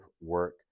work